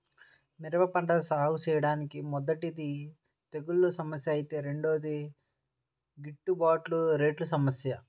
మిరప పంట సాగుచేయడానికి మొదటిది తెగుల్ల సమస్య ఐతే రెండోది గిట్టుబాటు రేట్ల సమస్య